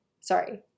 sorry